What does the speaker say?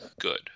good